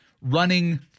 running